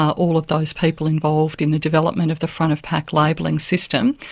all of those people involved in the development of the front-of-pack labelling system.